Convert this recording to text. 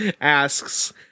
asks